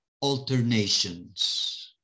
alternations